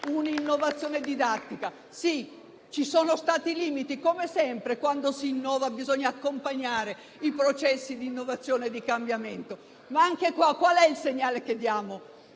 un'innovazione didattica. Ci sono stati limiti? Sì. Come sempre, quando si innova, bisogna accompagnare i processi di innovazione e di cambiamento. Anche qui, però, chiediamoci qual è il segnale che diamo